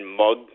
mug